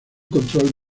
control